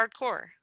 hardcore